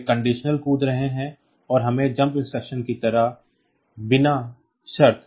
तो वे सशर्त कूद रहे हैं और हमें JMP instruction की तरह बिना शर्त कूदना है